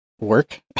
work